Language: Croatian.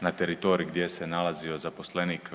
na teritorij gdje se nalazio zaposlenik